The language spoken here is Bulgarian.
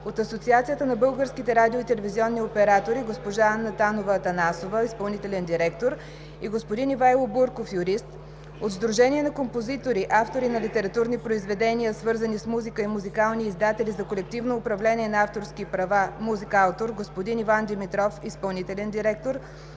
от Асоциацията на българските радио и телевизионни оператори: госпожа Анна Танова-Атанасова – изпълнителен директор и господин Ивайло Бурков – юрист; от Сдружение на композитори, автори на литературни произведения, свързани с музика и музикални издатели за колективно управление на авторски права („Музикаутор“): господин Иван Димитров – изпълнителен директор,